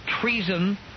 Treason